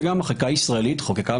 וגם החקיקה הישראלית חוקקה,